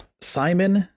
Simon